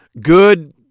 Good